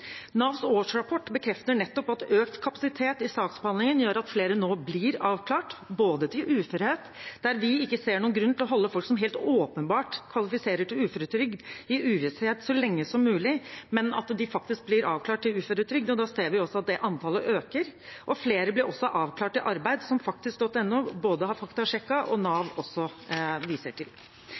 Navs årsrapport bekrefter nettopp at økt kapasitet i saksbehandlingen gjør at flere nå blir avklart til uførhet. Vi ser ikke noen grunn til å holde folk som helt åpenbart kvalifiserer til uføretrygd, i uvisshet så lenge som mulig, men heller at de faktisk blir avklart til uføretrygd. Da ser vi også at det antallet øker. Flere blir også avklart til arbeid, noe som faktisk.no har faktasjekket, og som Nav også viser til.